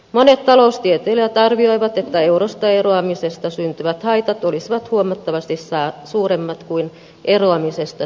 monet taloustieteilijät arvioivat että eurosta eroamisesta syntyvät haitat olisivat huomattavasti suuremmat kuin eroamisesta syntyvät hyödyt